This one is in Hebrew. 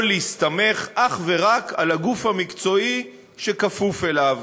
יכול להסתמך אך ורק על הגוף המקצועי שכפוף אליו.